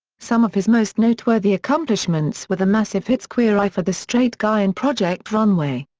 some of his most noteworthy accomplishments were the massive hits queer eye for the straight guy and project runway.